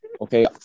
Okay